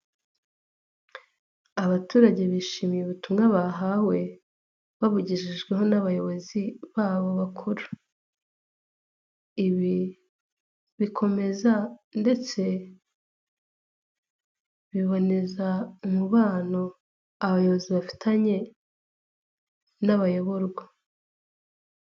Abaturage bishimiye ubutumwa bahawe, babugejejweho n'abayobozi babo bakuru, ibi bikomeza ndetse biboneza umubano abayobozi bafitanye n'abayoborwa.